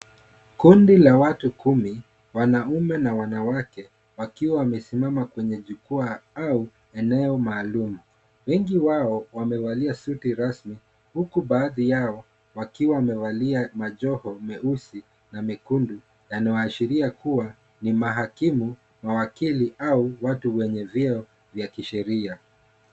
Kundi la watu kumi wanaume na wanawake wakiwa wamesimama kwenye jukwaa au eneo maalum , wengi wao wamevalia suti rasmi huku baadhi yao wakiwa wamevalia majoho meusi na mekundu yanayoashiria kuwa ni mahakimu , mawakili au watu wenye vyeo vya kisheria.